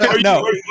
no